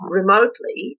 remotely